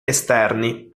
esterni